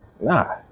Nah